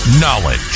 Knowledge